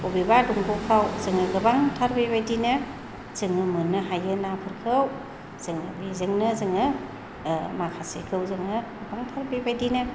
बबेबा दंग'फोराव जोङो गोबांथार बेबायदिनो जोङो मोननो हायो नाफोरखौ जोङो बेजोंनो जोङो माखासेखौ जोङो गोबांथार बेबायदिनो